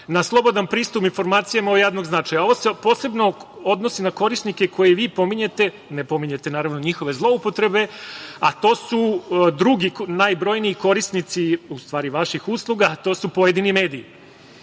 na slobodan pristup informacijama od javnog značaja. Ovo se posebno odnosi na korisnike koje vi pominjete, ne pominjete njihove zloupotrebe, a to su drugi najbrojniji korisnici vaših usluga – mediji. Dakle,